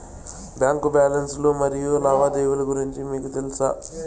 Bank balance లు మరియు లావాదేవీలు గురించి మీకు తెల్సా?